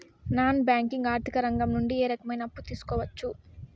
Non banking ఆర్థిక రంగం నుండి ఏ రకమైన అప్పు తీసుకోవచ్చు?